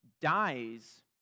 dies